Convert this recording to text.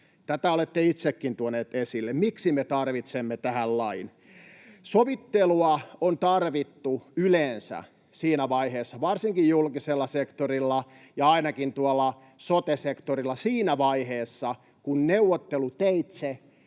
Tätä olette itsekin tuonut esille. Miksi me tarvitsemme tähän lain? Sovittelua on tarvittu yleensä siinä vaiheessa, varsinkin julkisella sektorilla ja ainakin tuolla sote-sektorilla, kun neuvotteluteitse